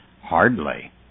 Hardly